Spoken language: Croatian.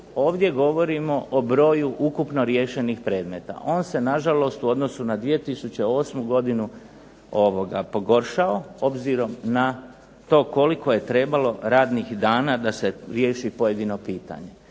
ovdje govorimo o broju ukupno riješenih predmeta. On se na žalost u odnosu na 2008. godinu pogoršao obzirom na to koliko je trebalo radnih dana da se riješi pojedino pitanje.